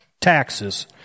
Taxes